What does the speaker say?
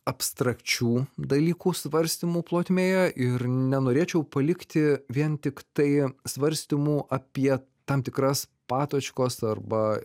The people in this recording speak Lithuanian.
abstrakčių dalykų svarstymų plotmėje ir nenorėčiau palikti vien tiktai svarstymų apie tam tikras patočkos arba